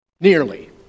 Nearly